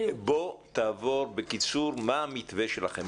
תעבור בקיצור מה המתווה שלכם,